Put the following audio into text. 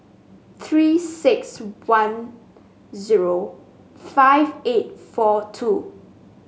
Three six one zero five eight four two